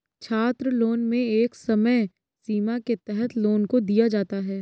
छात्रलोन में एक समय सीमा के तहत लोन को दिया जाता है